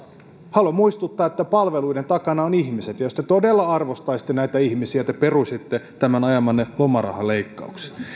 haluan muistuttaa että palveluiden takana ovat ihmiset jos te todella arvostaisitte näitä ihmisiä te peruisitte tämän ajamanne lomarahaleikkauksen